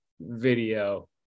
video